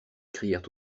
crièrent